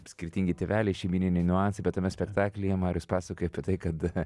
skirtingi tėveliai šeimyniniai niuansai bet tame spektaklyje marius pasakoja apie tai kad